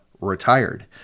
retired